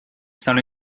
sound